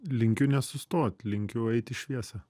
linkiu nesustot linkiu eit į šviesą